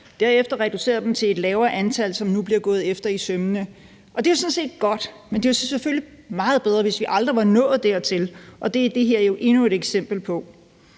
derefter reducerede vi dem til et lavere antal, som nu bliver gået efter i sømmene. Det er jo sådan set godt. Men det ville selvfølgelig have været meget bedre, hvis vi aldrig var nået dertil, og det er det her jo endnu et eksempel på.